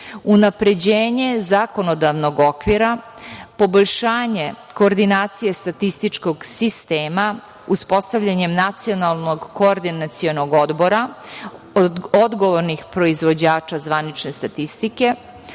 unapređenje zakonodavnog okvira, poboljšanje koordinacije statističkog sistema uspostavljanjem nacionalnog koordinacionog odbora, odgovornih proizvođača zvanične statistike,